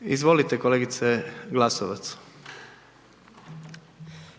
Sabina (SDP)**